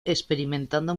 experimentando